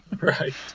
Right